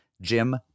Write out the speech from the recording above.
Jim